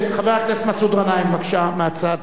כן, חבר הכנסת מסעוד גנאים, בבקשה, מהצד.